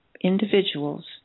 individual's